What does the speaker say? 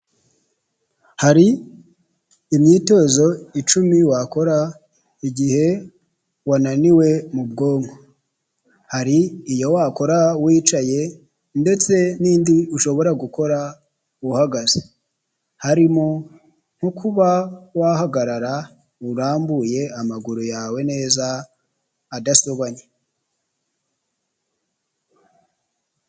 Hari imyitozo icumi wakora igihe wananiwe mu bwonko hari iyo wakora wicaye ndetse n'indi ushobora gukora uhagaze harimo nko kuba wahagarara urambuye amaguru yawe neza adasobanye.